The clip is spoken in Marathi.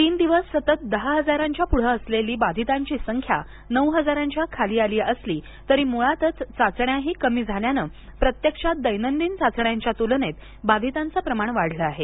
तीन दिवस सतत दहा हजारांच्या पुढे असलेली बाधितांची संख्या नऊ हजारांच्या खाली आली असली तरी मुळातच चाचण्याही कमी झाल्यानं प्रत्यक्षात दैनंदिन चाचण्यांच्या तुलनेत बाधितांचं प्रमाण वाढलं आहे